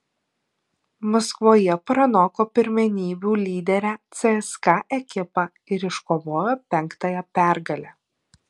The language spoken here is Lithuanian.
maskvoje pranoko pirmenybių lyderę cska ekipą ir iškovojo penktąją pergalę